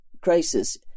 crisis